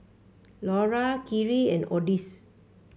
Lura Kyrie and Odis